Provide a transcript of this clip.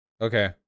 Okay